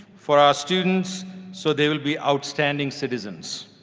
for our students so they will be outstanding citizens.